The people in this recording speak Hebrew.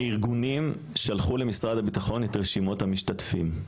הארגונים שלחו למשרד הביטחון את רשימות המשתפים.